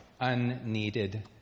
unneeded